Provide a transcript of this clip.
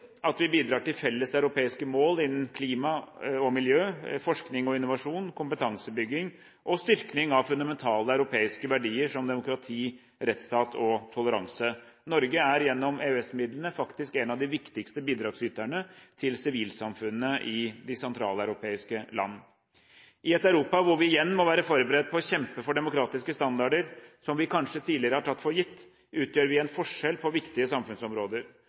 at vi bidrar til felles europeiske mål innen klima og miljø, forskning og innovasjon, kompetansebygging og styrking av fundamentale europeiske verdier, som demokrati, rettsstat og toleranse. Norge er, gjennom EØS-midlene, faktisk en av de viktigste bidragsyterne til sivilsamfunnene i de sentraleuropeiske land. I et Europa hvor vi igjen må være forberedt på å kjempe for demokratiske standarder som vi kanskje tidligere har tatt for gitt, utgjør vi en forskjell på viktige samfunnsområder.